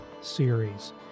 series